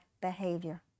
behavior